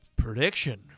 prediction